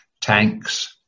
tanks